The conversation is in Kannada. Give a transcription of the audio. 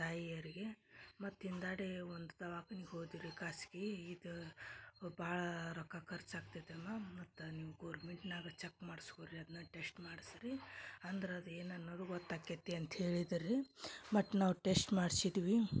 ತಾಯಿಯರಿಗೆ ಮತ್ತಿಂದಾಡೀ ಒಂದು ದವಾಖಾನಿಗೆ ಹೋದ್ರಿ ಖಾಸ್ಗಿ ಇದು ಭಾಳ ರೊಕ್ಕ ಖರ್ಚಾಗ್ತೈತೇನೋ ಮತ್ತು ನೀವು ಗೌರ್ಮೆಂಟ್ನ್ಯಾಗ ಚಕ್ ಮಾಡ್ಸ್ಕೊರಿ ಅದ್ನ ಟೆಶ್ಟ್ ಮಾಡ್ಸ್ರೀ ಅಂದ್ರೆ ಅದು ಏನು ಅನ್ನೋದು ಗೊತ್ತಾಕ್ಯತಿ ಅಂತ ಹೇಳಿದ್ರು ರೀ ಮತ್ತು ನಾವು ಟೆಶ್ಟ್ ಮಾಡ್ಸಿದ್ವಿ